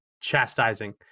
chastising